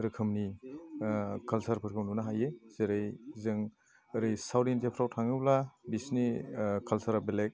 रोखोमनि कालचारफोरखौ नुनो हायो जेरै जों साउथ इन्डियाफ्राव थाङोब्ला बिसिनि कालचारा बेलेग